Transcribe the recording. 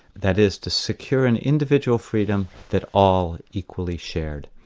that is, to secure an individual freedom that all equally shared.